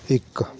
ਇੱਕ